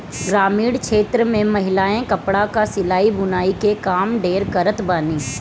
ग्रामीण क्षेत्र में महिलायें कपड़ा कअ सिलाई बुनाई के काम ढेर करत बानी